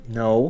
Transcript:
no